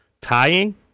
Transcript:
tying